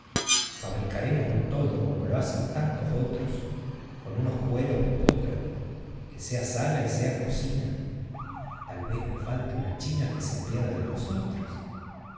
fabricaremos un toldo como lo hacen tantos otros con unos cueros de potro que sea sala y sea cocina tal vez no falte una china que se apiade de nosotros